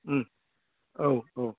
औ औ